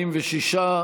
46,